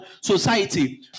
society